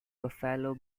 buffalo